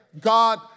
God